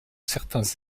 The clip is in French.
certains